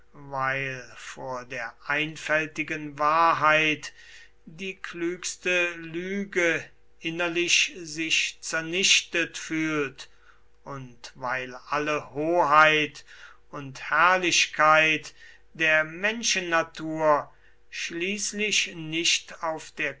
weil vor der einfältigen wahrheit die klügste lüge innerlich sich zernichtet fühlt und weil alle hoheit und herrlichkeit der menschennatur schließlich nicht auf der